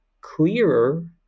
clearer